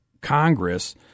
Congress